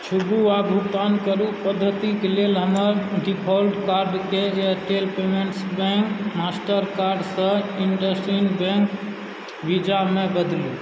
छूबू आ भुगतान करू पद्धतिक लेल हमर डिफॉल्ट कार्ड केँ Airtel payments bank Mastercard सँ इण्डसइण्ड बैङ्क वीजा मे बदलू